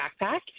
backpack